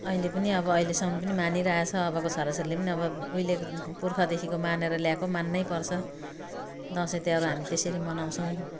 अहिले पनि अब अहिलेसम पनि मानिरहेको छ अबको छोरा छोरीले अब उहिलेको पुर्खादेखिको मानेर ल्याएको मान्नै पर्छ दसैँ तिहारहरू हामी त्यसरी मनाउँछौँ